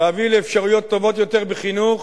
להביא לאפשרויות טובות יותר בחינוך,